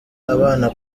abana